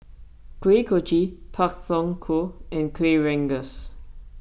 Kuih Kochi Pak Thong Ko and Kueh Rengas